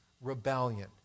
rebellion